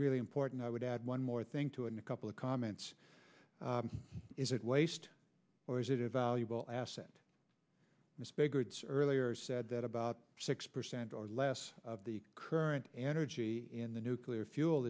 really important i would add one more thing to a couple of comments is it waste or is it a valuable asset is bigger it's earlier said that about six percent or less the current energy in the nuclear fuel